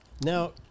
Now